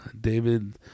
David